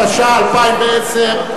התשע"א 2010,